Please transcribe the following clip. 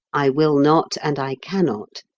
i will not and i cannot.